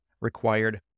required